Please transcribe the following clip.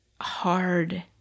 hard